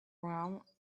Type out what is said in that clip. rum